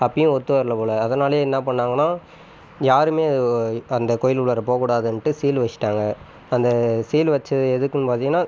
அப்பவும் ஒத்து வரலை போல் அதனாலேயே என்ன பண்ணிணாங்கன்னா யாருமே அந்த கோயில் உள்ளார போக கூடாதுன்ட்டு சீல் வச்சுசிட்டாங்க அந்த சீல் வைத்தது எதுக்குன்னு பார்த்தீங்கன்னா